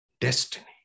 destiny